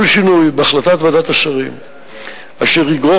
כל שינוי בהחלטת ועדת השרים אשר יגרור